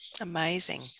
amazing